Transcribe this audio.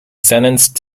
sentenced